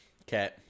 Okay